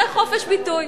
זה חופש ביטוי.